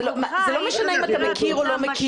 זה לא משנה אם אתה מכיר או לא מכיר.